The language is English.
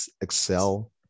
excel